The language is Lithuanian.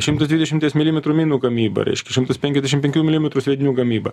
šitmas dvidešimties milimetrų minų gamybą reiškia šimtas penkiasdešimt penkių milimetrų sviedinių gamybą